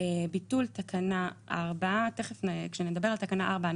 ביטול תקנה 4 כשנדבר על תקנה 4,